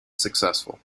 successful